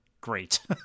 great